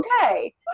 okay